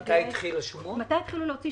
2015,